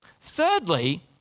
Thirdly